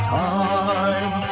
time